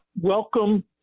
welcome